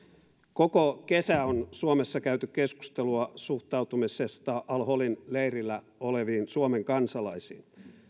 koko kesä on suomessa käyty keskustelua suhtautumisesta al holin leirillä oleviin suomen kansalaisiin